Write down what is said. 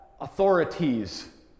authorities